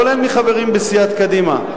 כולל מחברים בסיעת קדימה.